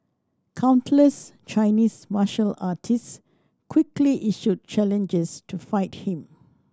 countless Chinese martial artists quickly issued challenges to fight him